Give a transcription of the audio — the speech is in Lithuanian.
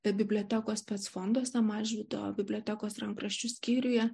bibliotekos spec fonduose mažvydo bibliotekos rankraščių skyriuje